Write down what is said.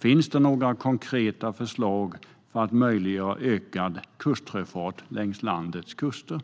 Finns det några konkreta förslag för att möjliggöra ökad kustsjöfart längs landets kuster?